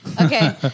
Okay